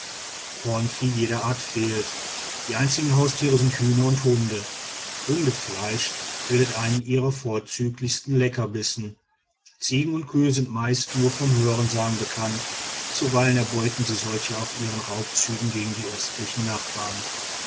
jeher art fehlt die einzigen haustiere sind hühner und hunde hundefleisch bildet einen ihrer vorzüglichsten leckerbissen ziegen und kühe sind meist nur vom hörensagen bekannt zuweilen erbeuten sie solche auf ihren raubzügen gegen die örtlichen nachbarn